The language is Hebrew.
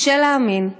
קשה להאמין,